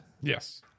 Yes